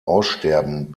aussterben